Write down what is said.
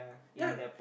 ya